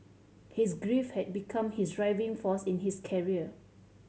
his grief had become his driving force in his career